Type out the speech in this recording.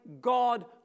God